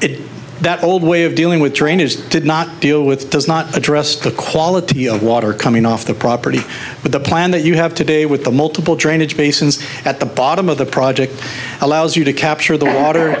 it that old way of dealing with drainage did not deal with does not address the quality of water coming off the property but the plan that you have today with the multiple drainage basins at the bottom of the project allows you to capture the water